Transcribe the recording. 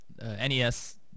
NES